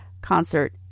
concert